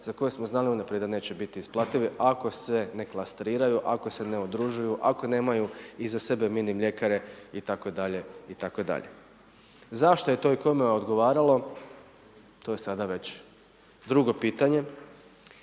za koje smo znali unaprijed da neće biti isplativi ako se ne klastriraju, ako se ne udružuju, ako nemaju iza sebe mini mljekare itd. Zašto je to i kome odgovaralo, to je sada već drugo pitanje.